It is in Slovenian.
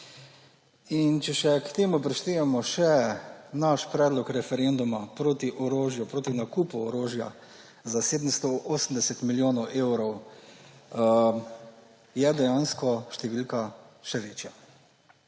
Če k temu prištejemo še naš predlog referenduma proti nakupu orožja za 780 milijonov evrov, je dejansko številka še večja.